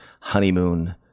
honeymoon